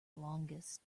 longest